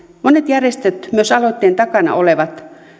monet järjestöt myös aloitteen takana olevat